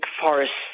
forests